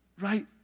Right